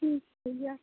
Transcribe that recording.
ठीक भैया